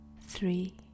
Three